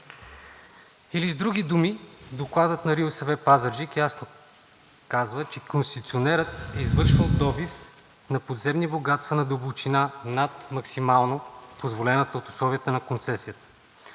или с други думи, Докладът на РИОСВ Пазарджик ясно казва, че концесионерът е извършвал добив на подземни богатства на дълбочина, над максимално позволената от условията на концесията.